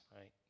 right